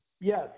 Yes